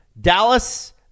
Dallas